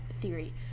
theory